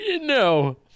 No